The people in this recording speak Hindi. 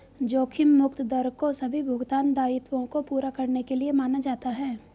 जोखिम मुक्त दर को सभी भुगतान दायित्वों को पूरा करने के लिए माना जाता है